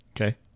Okay